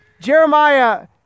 Jeremiah